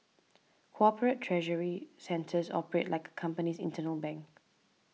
corporate treasury centres operate like company's internal bank